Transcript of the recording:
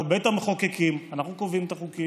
אנחנו בית המחוקקים, אנחנו קובעים את החוקים.